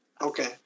Okay